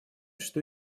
что